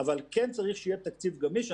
אבל כן צריך שיהיה תקציב גמיש.